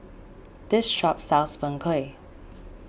this shop sells Png Kueh